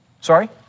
Sorry